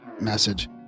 message